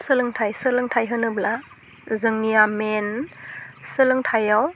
सोलोंथाइ सोलोंथाइ होनोब्ला जोंनिया मेन सोलोंथाइयाव